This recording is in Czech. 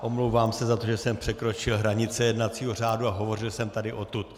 Omlouvám se za to, že jsem překročil hranice jednacího řádu a hovořil jsem tady odtud.